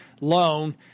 loan